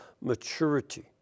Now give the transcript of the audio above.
maturity